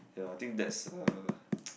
ya I think that's uh